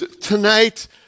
tonight